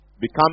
Become